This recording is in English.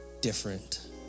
different